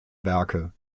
werke